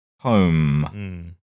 home